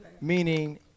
meaning